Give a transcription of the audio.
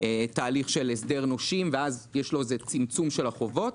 תהליך של הסדר נושים ואז יש לו צמצום של החובות.